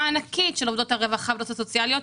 ענקית של עובדות הרווחה והעובדות הסוציאליות,